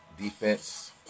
defense